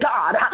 God